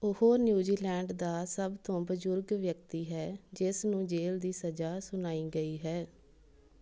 ਉਹ ਨਿਊਜ਼ੀਲੈਂਡ ਦਾ ਸਭ ਤੋਂ ਬਜ਼ੁਰਗ ਵਿਅਕਤੀ ਹੈ ਜਿਸ ਨੂੰ ਜੇਲ੍ਹ ਦੀ ਸਜ਼ਾ ਸੁਣਾਈ ਗਈ ਹੈ